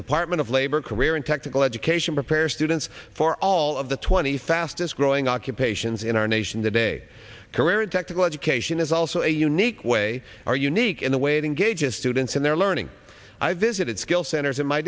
department of labor career and technical education prepare students for all of the twenty fastest growing occupations in our nation today career and technical education is also a unique way are unique in the waiting gauges students in their learning i visited skill centers in my